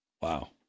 Wow